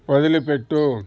వదిలిపెట్టు